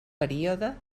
període